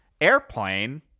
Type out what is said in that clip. Airplane